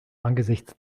angesichts